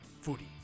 footy